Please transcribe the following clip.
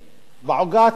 בעוגה הציבורית.